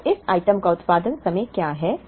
अब इस आइटम का उत्पादन समय क्या है